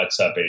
WhatsApp